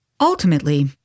Ultimately